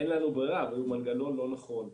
אין לנו ברירה, אבל הוא מנגנון לא נכון.